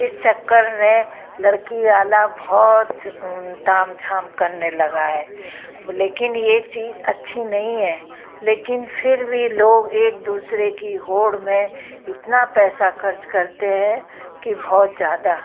इस चक्कर में लड़की वाला बहुत ताम झाम करने लगा है अब लेकिन यह चीज़ अच्छी नहीं है लेकिन फिर भी लोग एक दूसरे की होड़ में इतना पैसा खर्च करते हैं कि बहुत ज़्यादा